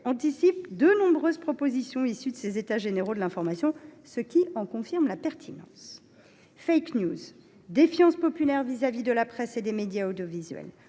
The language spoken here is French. anticipe de nombreuses propositions issues de ces états généraux, ce qui en confirme la pertinence., défiance populaire à l’égard de la presse et des médias audiovisuels,